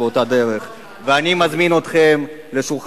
אחרי שהרסתם כל חלקה טובה במשך שנתיים.